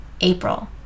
april